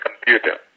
computer